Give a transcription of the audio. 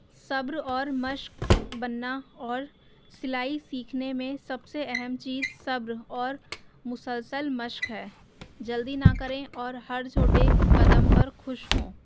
صبر اور مشق بننا اور سلائی سیکھنے میں سب سے اہم چیز صبر اور مسلسل مشق ہے جلدی نہ کریں اور ہر چھوٹے قدم پر خوش ہوں